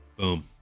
Boom